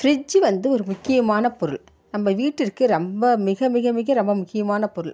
ஃப்ரிட்ஜ்ஜீ வந்து ஒரு முக்கியமான பொருள் நம்ம வீட்டிற்கு ரொம்ப மிக மிக மிக ரொம்ப முக்கியமான பொருள்